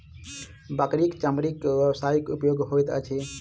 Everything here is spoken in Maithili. बकरीक चमड़ी के व्यवसायिक उपयोग होइत अछि